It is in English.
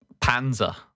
Panzer